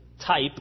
type